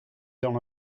dans